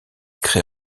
crée